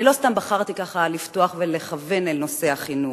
אני לא סתם בחרתי ככה לפתוח ולכוון אל נושא החינוך,